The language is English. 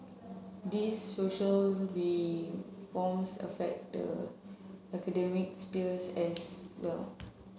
these social reforms affect the spheres as well